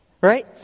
Right